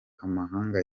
amahanga